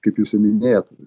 kaip jūs ir minėjot